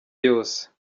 yose